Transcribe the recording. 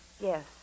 Yes